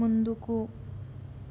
ముందుకు